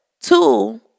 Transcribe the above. two